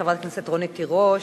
חברת הכנסת רונית תירוש,